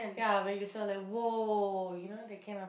ya when you sound like !wow! you know that kind of